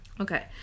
Okay